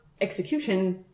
execution